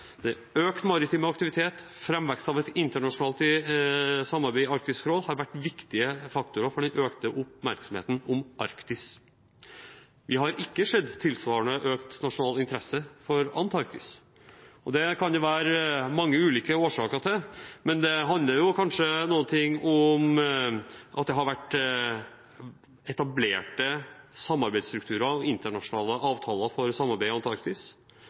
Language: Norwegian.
økt maritim aktivitet og framveksten av et internasjonalt samarbeid i Arktisk råd har vært viktige faktorer for den økte oppmerksomheten om Arktis. Vi har ikke sett en tilsvarende økt nasjonal interesse for Antarktis. Jeg tror det er mange ulike årsaker til dette. For det første handler det kanskje om at det har vært etablerte samarbeidsstrukturer og internasjonale avtaler for samarbeidet i Antarktis.